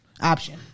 option